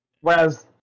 Whereas